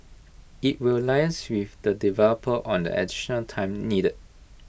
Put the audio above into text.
IT will liaise with the developer on the additional time needed